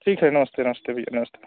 ठीक है नमस्ते नमस्ते भैया नमस्ते